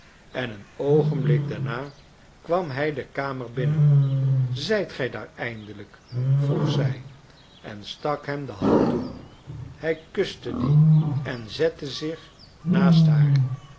en een oogenblik daarna kwam hij de kamer binnen zijt gij daar eindelijk vroeg zij en stak hem de hand toe hij kuste die en zette zich naast haar